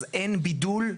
אין בידול,